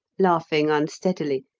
laughing unsteadily,